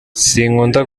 sinkunda